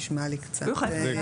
יש נציגות הורים בגן.